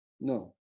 no